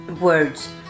words